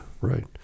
right